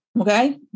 Okay